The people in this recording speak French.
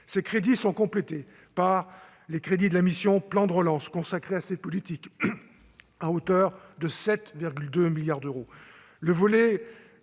Ces crédits sont complétés par les crédits de la mission « Plan de relance » consacrés à ces politiques, qui s'élèvent à 7,2 milliards d'euros.